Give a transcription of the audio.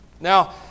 Now